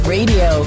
Radio